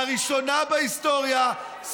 לראשונה בהיסטוריה,